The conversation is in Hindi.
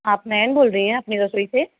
आप नयन बोल रही हैं अपनी रसोई से